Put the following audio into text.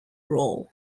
role